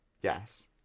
yes